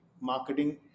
marketing